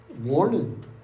warning